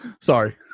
Sorry